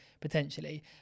potentially